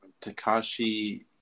Takashi